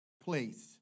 place